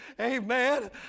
Amen